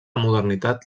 modernitat